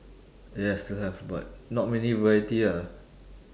yes still have but not many variety ah